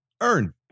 earn